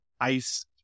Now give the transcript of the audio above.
ICE